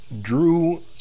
Drew